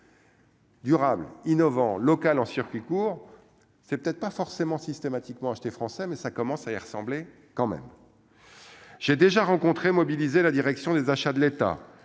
Durable innovant local en circuit court, c'est peut-être pas forcément systématiquement acheter français mais ça commence à y ressembler. J'ai déjà rencontré mobiliser la direction des achats de l'État,